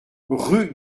rue